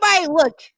look